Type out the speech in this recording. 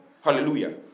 Hallelujah